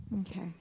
Okay